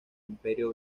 imperio